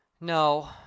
no